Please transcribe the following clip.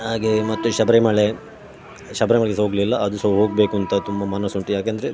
ಹಾಗೇ ಮತ್ತು ಶಬರಿಮಲೆ ಶಬರಿಮಲೆಗೆ ಸಹ ಹೋಗಲಿಲ್ಲ ಅದು ಸಹ ಹೋಗಬೇಕು ಅಂತ ತುಂಬ ಮನಸ್ಸುಂಟು ಏಕೆಂದ್ರೆ